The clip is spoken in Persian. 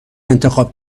انتخاب